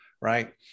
right